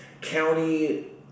county